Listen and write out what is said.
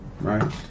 right